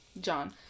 John